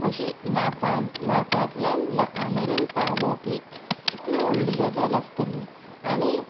अशी नाच नाचांतल्यान लोकां मेरेन पावप ही कितली व्हडली गजाल आसतली आनी